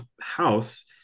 house